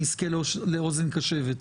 אני אזכה לאוזן קשבת.